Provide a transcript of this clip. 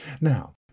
Now